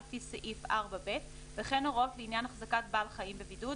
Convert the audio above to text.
לפי סעיף 4ב וכן הוראות לעניין החזקת בעל חיים בבידוד,